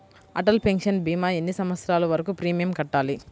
Atal pension భీమా ఎన్ని సంవత్సరాలు వరకు ప్రీమియం కట్టాలి?